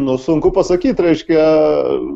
nu sunku pasakyt reiškia